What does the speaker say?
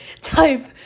type